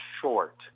short